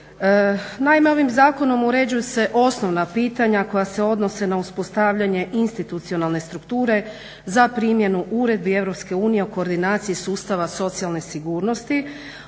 Naime, ovim zakonom uređuju se osnovna pitanja koja se odnose na uspostavljanje institucionalne strukture za primjenu uredbi EU o koordinaciji sustava socijalne sigurnosti,